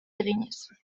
eginez